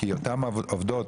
כי אותן עובדות,